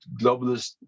globalist